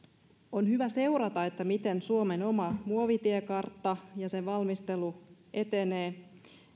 on hyvä seurata miten suomen oma muovitiekartta ja sen valmistelu etenevät